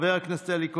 חבר הכנסת אלי כהן,